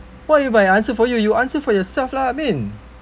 what do you by I answer for you you answer for yourself lah min